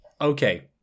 okay